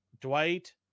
Dwight